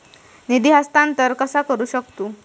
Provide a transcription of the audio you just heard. निधी हस्तांतर कसा करू शकतू?